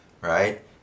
right